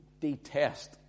detest